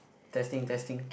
testing testing